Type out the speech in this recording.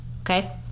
okay